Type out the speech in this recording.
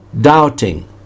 doubting